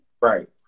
Right